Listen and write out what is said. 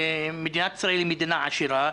ומדינת ישראל היא מדינה עשירה,